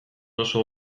oso